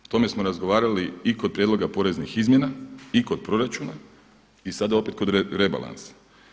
O tome smo razgovarali i kod prijedloga poreznih izmjena, i kod proračuna i sada opet kod rebalansa.